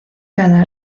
cada